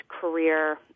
career